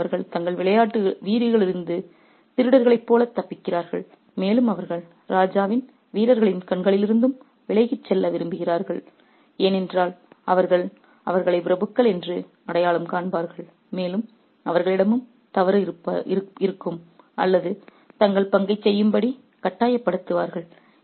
எனவே அவர்கள் தங்கள் வீடுகளிலிருந்து திருடர்களைப் போல தப்பிக்கிறார்கள் மேலும் அவர்கள் ராஜாவின் வீரர்களின் கண்களிலிருந்தும் விலகிச் செல்ல விரும்புகிறார்கள் ஏனென்றால் அவர்கள் அவர்களை பிரபுக்கள் என்று அடையாளம் காண்பார்கள் மேலும் அவர்களிடமும் தவறு இருப்பார்கள் அல்லது தங்கள் பங்கைச் செய்யும்படி கட்டாயப்படுத்துவார்கள்